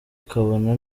kabone